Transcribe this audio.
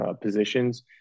positions